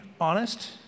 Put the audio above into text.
honest